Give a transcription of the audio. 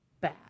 Bad